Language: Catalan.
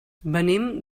venim